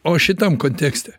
o šitam kontekste